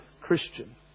Christian